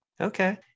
Okay